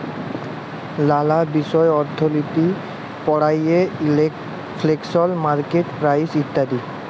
লালা বিষয় অর্থলিতি পড়ায়ে ইলফ্লেশল, মার্কেট প্রাইস ইত্যাদি